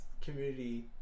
community